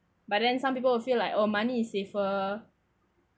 but then some people will feel like oh money is safer